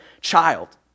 child